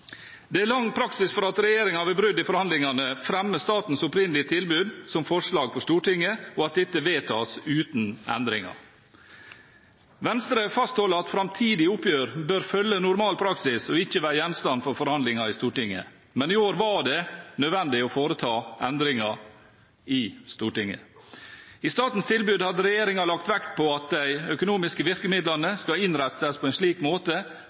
Det er lang praksis for at regjeringen ved brudd i forhandlingene fremmer statens opprinnelige tilbud som forslag for Stortinget, og at dette vedtas uten endringer. Venstre fastholder at framtidige oppgjør bør følge normal praksis og ikke være gjenstand for forhandlinger i Stortinget. Men i år var det nødvendig å foreta endringer i Stortinget. I statens tilbud hadde regjeringen lagt vekt på at de økonomiske virkemidlene skal innrettes på en slik måte